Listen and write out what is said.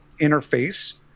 interface